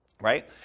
right